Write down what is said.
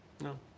No